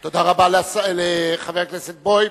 תודה רבה לחבר הכנסת בוים.